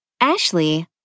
Ashley